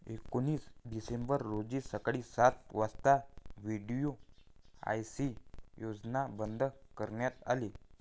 एकोणीस डिसेंबर रोजी सायंकाळी सात वाजता व्ही.डी.आय.सी योजना बंद करण्यात आली